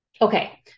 Okay